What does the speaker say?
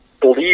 believe